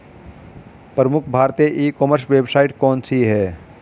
प्रमुख भारतीय e commerce website कौन कौन सी हैं?